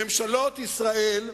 ממשלות ישראל,